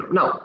Now